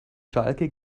schalke